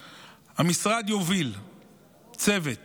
3. המשרד יוביל צוות